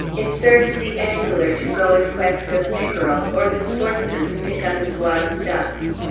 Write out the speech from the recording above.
it served the angler to go in quest of pickerel, or the sportsman to pick up his wild ducks.